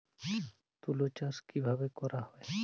তুলো চাষ কিভাবে করা হয়?